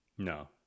No